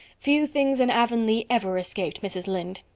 few things in avonlea ever escaped mrs. lynde.